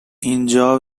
اینجا